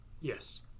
Yes